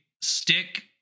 Stick